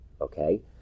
okay